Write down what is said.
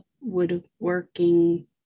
woodworking